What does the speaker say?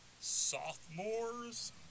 sophomores